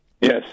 Yes